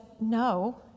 no